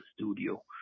studio